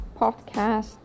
podcast